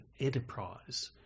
enterprise